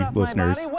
listeners